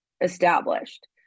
established